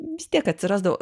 vis tiek atsirasdavo